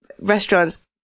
restaurants